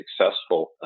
successful